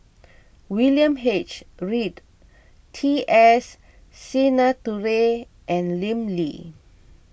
William H Read T S Sinnathuray and Lim Lee